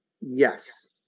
Yes